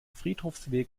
friedhofsweg